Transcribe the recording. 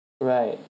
Right